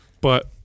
But-